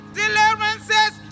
deliverances